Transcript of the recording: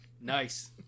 Nice